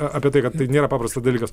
apie tai kad tai nėra paprastas dalykas